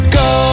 go